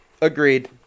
Agreed